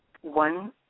one